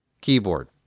keyboard